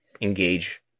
engage